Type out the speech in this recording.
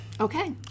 Okay